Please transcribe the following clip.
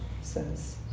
says